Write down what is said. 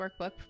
workbook